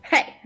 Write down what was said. Hey